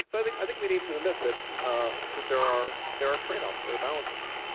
so i think i think we need to admit that ah that there are there are tradeoffs. there are balances.